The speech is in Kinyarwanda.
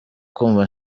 kumva